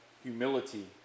Humility